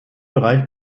bereich